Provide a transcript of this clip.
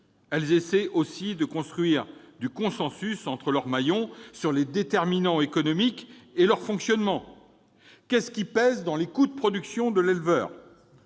Elles essaient aussi de construire du consensus entre leurs maillons sur les déterminants économiques de leur fonctionnement : qu'est-ce qui pèse sur les coûts de production de l'éleveur ?